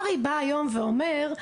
הר"י בא היום ואומר,